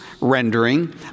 rendering